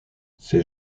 ces